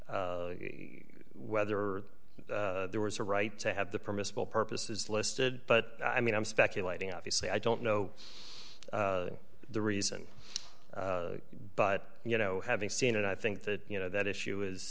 of whether there was a right to have the permissible purposes listed but i mean i'm speculating obviously i don't know the reason but you know having seen it i think that you know that issue is